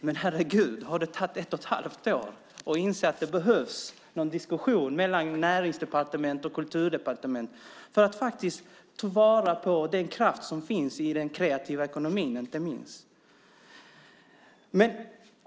Men, herregud, har det tagit ett och ett halvt år att inse att det behövs någon diskussion mellan Näringsdepartementet och Kulturdepartementet för att ta vara på den kraft som finns i den kreativa ekonomin inte minst?